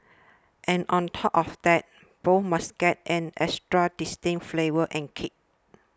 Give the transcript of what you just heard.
and on top of that both must get an extra distinct flavour and kick